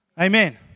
Amen